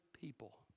people